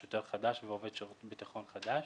שוטר חדש ועובד שירות ביטחון חדש,